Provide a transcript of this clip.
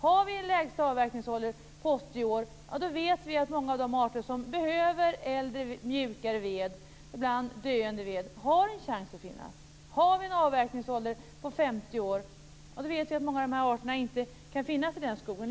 Har vi en lägsta avverkningsålder på 80 år så vet vi att många av de arter som behöver äldre, mjukare ved - ibland döende ved - har en chans att finnas. Har vi en avverkningsålder på 50 år vet vi att många av de här arterna inte kan finnas i den skogen.